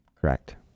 Correct